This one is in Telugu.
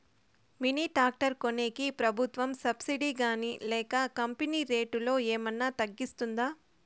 మిని టాక్టర్ కొనేకి ప్రభుత్వ సబ్సిడి గాని లేక కంపెని రేటులో ఏమన్నా తగ్గిస్తుందా?